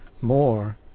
more